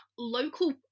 local